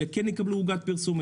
אלה כן יקבלו עוגת פרסום,